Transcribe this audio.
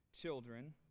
children